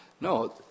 No